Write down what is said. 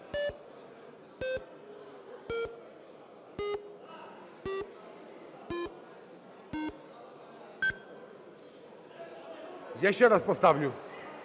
Я ще раз поставлю.